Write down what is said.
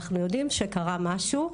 אנחנו יודעים שקרה משהו.